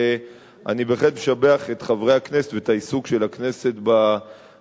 אני בהחלט משבח את חברי הכנסת ואת העיסוק של הכנסת בנושא,